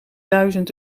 duizend